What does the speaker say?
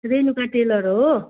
Renuka tailor हो